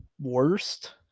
worst